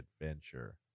adventure